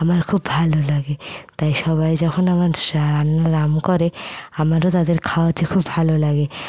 আমার খুব ভালো লাগে তাই সবাই যখন আমার রান্নার নাম করে আমারও তাদের খাওয়াতে খুব ভালো লাগে